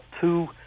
two